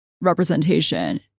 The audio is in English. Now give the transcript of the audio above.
representation